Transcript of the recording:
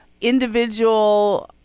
individual